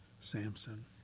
Samson